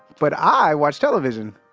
but i watch television.